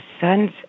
sons